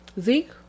Zeke